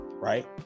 Right